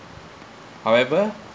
however